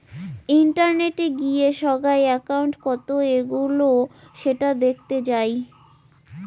ইন্টারনেটে গিয়ে সোগায় একউন্ট কত এগোলো সেটা দেখতে যাই